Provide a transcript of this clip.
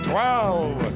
Twelve